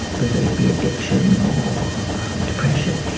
whether it be addiction or depression.